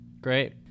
Great